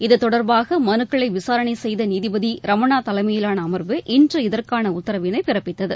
இதுதொடர்பாக மனுக்களை விசாரணை செய்த நீதிபதி ரமணா தலைமையிலான அமர்வு இன்று இதற்கான உத்தரவினை பிறப்பித்தது